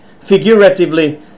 figuratively